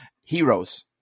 Heroes